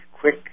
quick